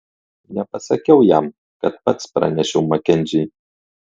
nepasakiau jam kad pats pranešiau makenziui